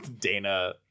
Dana